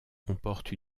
comporte